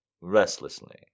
restlessly